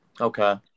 Okay